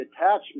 attachment